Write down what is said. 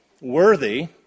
worthy